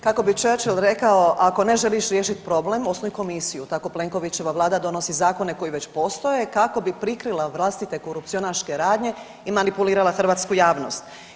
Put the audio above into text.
Kako bi Churchill rekao ako ne želiš riješiti problem osnuj komisiju, tako Plenkovićeva vlada donosi zakone koji već postoje kako bi prikrila vlastite korupcionaške radnje i manipulirala hrvatsku javnost.